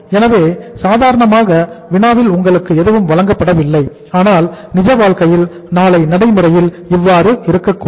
எனவே சாதாரணமாக வினாவில் உங்களுக்கு எதுவும் வழங்கப்படவில்லை ஆனால் நிஜ வாழ்க்கையில் நாளை நடைமுறையில் இவ்வாறு இருக்கக்கூடும்